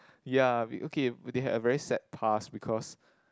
ya okay they had a very sad past because